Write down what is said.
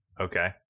Okay